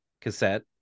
cassette